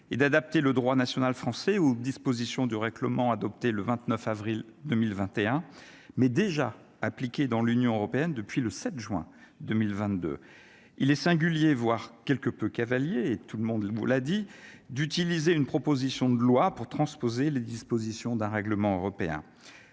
est d'adapter le droit national français ou dispositions du règlement adopté le 29 avril 2021 mais déjà appliquée dans l'Union européenne depuis le 7 juin 2022 il est singulier voir quelque peu cavalier et tout le monde debout, a dit d'utiliser une proposition de loi pour transposer les dispositions d'un règlement européen,